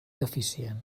deficient